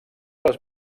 les